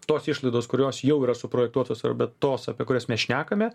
tos išlaidos kurios jau yra suprojektuotos arba tos apie kurias mes šnekame